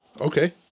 Okay